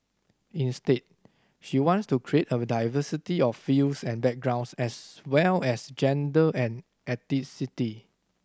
instead she wants to create diversity of fields and backgrounds as well as gender and ethnicity